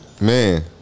Man